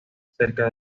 cerca